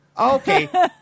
Okay